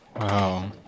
Wow